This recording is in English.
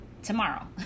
tomorrow